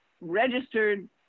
registered